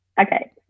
Okay